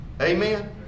Amen